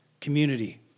community